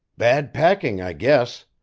bad packing, i guess.